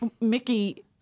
Mickey